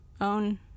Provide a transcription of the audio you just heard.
own